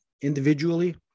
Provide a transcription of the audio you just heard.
individually